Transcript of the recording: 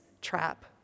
trap